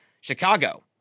Chicago